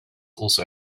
also